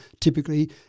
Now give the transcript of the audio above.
typically